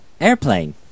Airplane